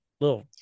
little